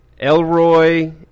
Elroy